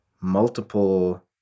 multiple